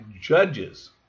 judges